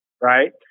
right